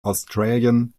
australian